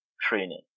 training